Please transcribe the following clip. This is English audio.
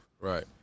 Right